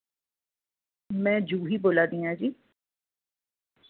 में जूही बोल्ला दि'यां जी